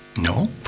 No